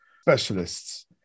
Specialists